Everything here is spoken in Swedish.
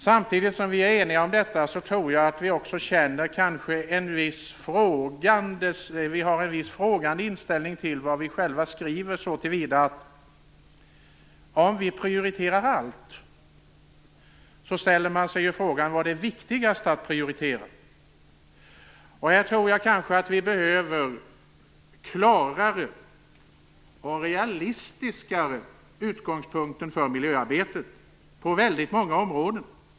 Samtidigt som vi är eniga om detta, tror jag att vi kanske också har en litet frågande inställning till vad vi själva skriver så till vida att om vi prioriterar allt, ställer man sig frågan vad som är viktigast att prioritera. Här tror jag att vi behöver klarare och mer realistiska utgångspunkter för miljöarbetet på väldigt många områden.